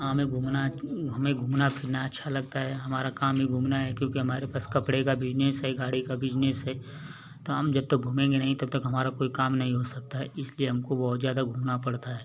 हाँ हमें घूमना हमें घूमना फिरना अच्छा लगता है हमारा काम ही घूमना है क्योंकि हमारे पास कपड़े का बिज़नेस है गाड़ी का बिज़नेस है तो हम जब तक घूमेंगे नही तब तक हमारा कोई काम नही हो सकता है इसलिए हमको बहुत जादा घूमना पड़ता है